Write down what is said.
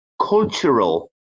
cultural